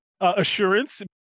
assurance